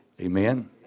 Amen